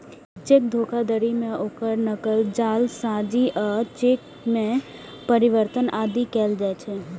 cheque धोखाधड़ी मे ओकर नकल, जालसाजी आ चेक मे परिवर्तन आदि कैल जाइ छै